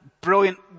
brilliant